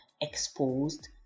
exposed